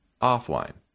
offline